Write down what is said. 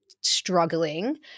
struggling